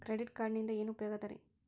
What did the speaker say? Credit ಕಾರ್ಡಿನಿಂದ ಏನು ಉಪಯೋಗದರಿ?